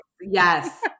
yes